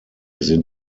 sind